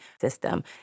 system